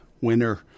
Winner